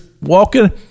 walking